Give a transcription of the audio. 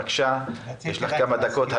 בבקשה, יש לך כמה דקות.